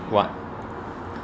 what